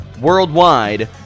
worldwide